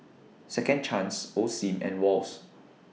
Second Chance Osim and Wall's